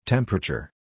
Temperature